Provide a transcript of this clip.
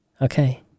Okay